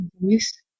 voice